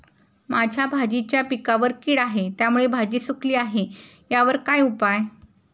माझ्या भाजीच्या पिकावर कीड आहे त्यामुळे भाजी सुकली आहे यावर काय उपाय?